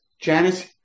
Janice